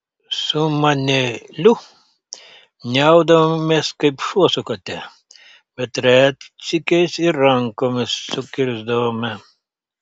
su maneliu niaudavomės kaip šuo su kate bet retsykiais ir rankomis sukirsdavome